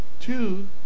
two